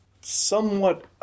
somewhat